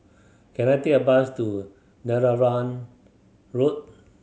can I take a bus to Netheravon Road